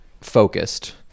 focused